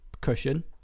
cushion